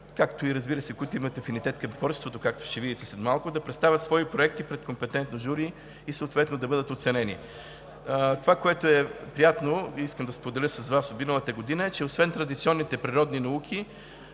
както и, разбира се, които имат афинитет към творчеството, както ще видите след малко, да представят свои проекти пред компетентно жури и съответно да бъдат оценени. Това, което е приятно и искам да споделя с Вас от миналата година, е, че освен традиционните природни науки